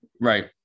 Right